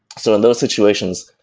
so in those situations,